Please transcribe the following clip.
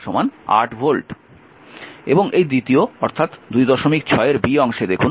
এখন এই দ্বিতীয় অর্থাৎ 26 অংশে দেখুন